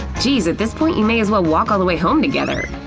geez, at this point you may as well walk all the way home together!